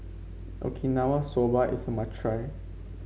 Okinawa Soba is a must try